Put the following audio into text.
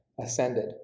ascended